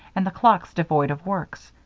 and the clocks devoid of works.